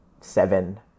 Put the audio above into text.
seven